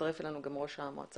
יצטרף אלינו גם ראש המועצה.